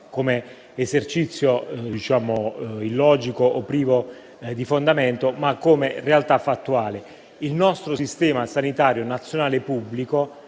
come esercizio illogico o privo di fondamento, ma come realtà fattuale. Il nostro Sistema sanitario nazionale pubblico